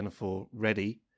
ready